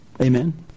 Amen